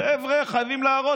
חבר'ה, חייבים להרוס.